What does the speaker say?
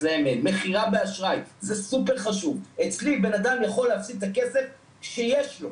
מכירה באשראי אצלי בן אדם יכול להפסיד את הכסף שיש לו,